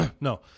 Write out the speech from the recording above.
no